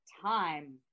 time